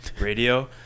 radio